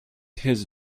his